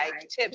tips